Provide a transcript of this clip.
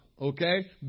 okay